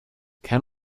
can